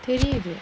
daily is